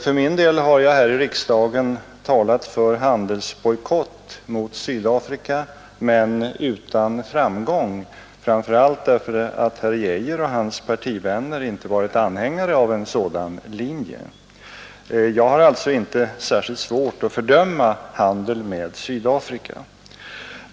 För min del har jag här i riksdagen talat för handelsbojkott mot Sydafrika — men utan framgång, framför allt därför att herr Geijer och hans partivänner inte varit anhängare av en sådan linje. Jag har alltså inte särskilt svårt att fördöma handel med Sydafrika.